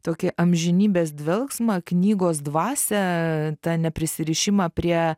tokį amžinybės dvelksmą knygos dvasią tą neprisirišimą prie